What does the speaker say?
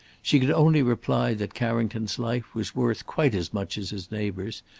she could only reply that carrington's life was worth quite as much as his neighbour's,